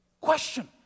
Question